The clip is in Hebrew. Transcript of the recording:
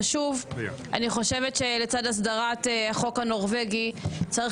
חושבת שלצד הסדרת החוק הנורבגי צריך